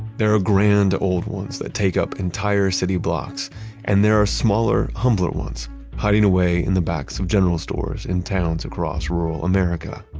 there are grand old ones that take up entire city blocks and there are smaller humbler ones hiding away in the backs of general stores in towns across rural america.